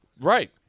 Right